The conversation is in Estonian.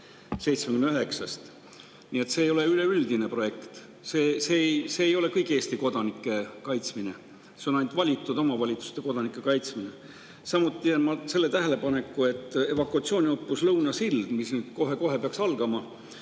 16. Nii et see ei ole üleüldine projekt, see ei ole kõigi Eesti kodanike kaitsmine, see on ainult valitud omavalitsuste kodanike kaitsmine. Samuti teen selle tähelepaneku, et evakuatsiooniõppus Lõuna Sild, mis kohe-kohe peaks algama,